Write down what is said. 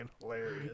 hilarious